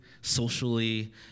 socially